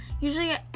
usually